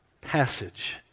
passage